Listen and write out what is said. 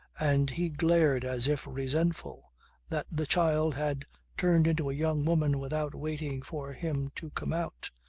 and he glared as if resentful that the child had turned into a young woman without waiting for him to come out.